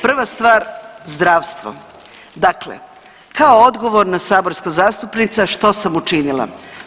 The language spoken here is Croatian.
Prva stvar zdravstvo, dakle kao odgovorna saborska zastupnica što sam učinila?